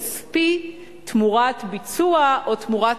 והוא תגמול כספי תמורת ביצוע או תמורת